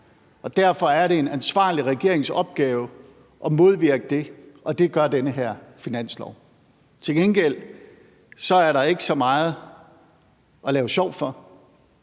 derfor er det en ansvarlig regerings opgave at modvirke det, og det gør den her finanslov. Til gengæld er der ikke så meget at lave sjov for,